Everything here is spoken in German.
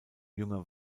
junger